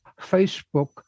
Facebook